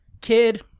Kid